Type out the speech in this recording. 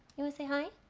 you wanna say hi?